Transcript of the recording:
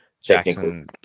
Jackson